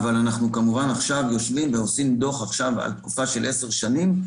אבל אנחנו כמובן עכשיו יושבים ועושים דוח על תקופה של עשר שנים.